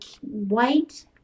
white